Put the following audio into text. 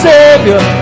Savior